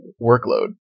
workload